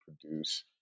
produce